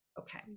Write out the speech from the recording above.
Okay